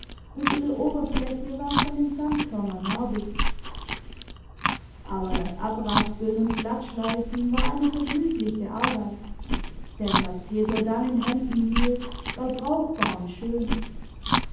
und ihre oberfläche war von den sandkörnern narbig aber das abraspeln und glattschleifen war eine vergnügliche arbeit denn was peter dann in händen hielt war brauchbar und schön